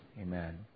Amen